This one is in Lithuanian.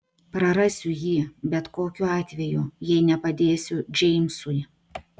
prarasiu jį bet kokiu atveju jei nepadėsiu džeimsui